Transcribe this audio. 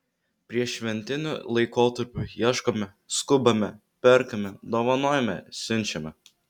prieššventiniu laikotarpiu ieškome skubame perkame dovanojame siunčiame